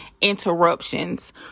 interruptions